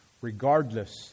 regardless